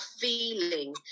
feeling